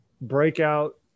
breakout